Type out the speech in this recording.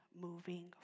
moving